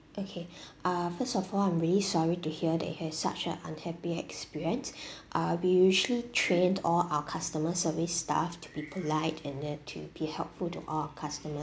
okay uh first of all I'm really sorry to hear that you has such a unhappy experience uh we usually trained all our customer service staff to be polite and that to be helpful to all our customers